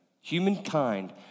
Humankind